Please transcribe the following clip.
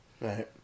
right